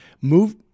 move